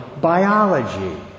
biology